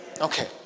Okay